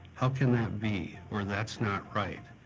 how can that be, or that's not right.